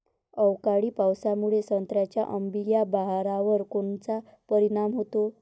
अवकाळी पावसामुळे संत्र्याच्या अंबीया बहारावर कोनचा परिणाम होतो?